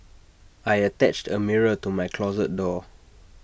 I attached A mirror to my closet door